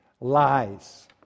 Lies